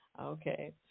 Okay